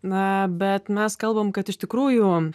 na bet mes kalbam kad iš tikrųjų